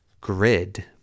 grid